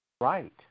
right